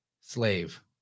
slave